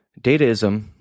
dataism